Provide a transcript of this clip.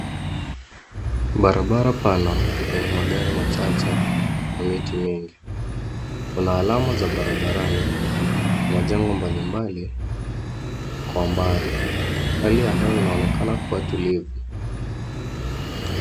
Barabara pana yenye magari machache na miti mingi. Kuna alama za barabarani na majengo mbalimbali kwa umbali. Hali ya hewa inaonekana kuwa tulivu.